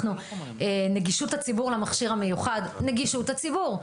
נגישות הציבור למכשיר המיוחד נגישות הציבור.